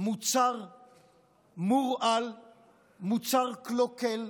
מוצר מורעל, מוצר קלוקל,